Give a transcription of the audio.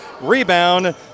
Rebound